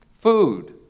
Food